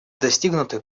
достигнуты